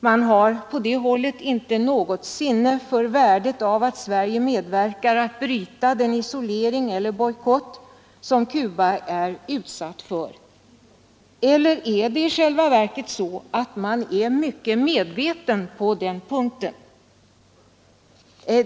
Man har på det moderata hållet inte något sinne för värdet av att Sverige medverkar till att bryta den isolering eller bojkott som Cuba är utsatt för. Eller är det i själva verket tvärtom så att man är mycket medveten på den punkten?